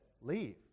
leave